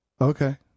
Okay